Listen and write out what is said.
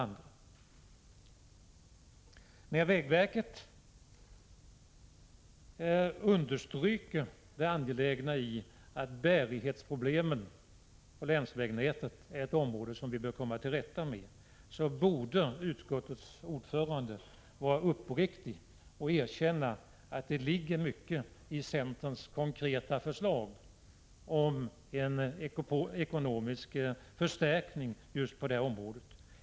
När vägverket understryker det angelägna i att komma till rätta med bärighetsproblemen för länsvägnätet, borde utskottets ordförande vara uppriktig och erkänna att det ligger mycket i centerns konkreta förslag om en ekonomisk förstärkning just på det området.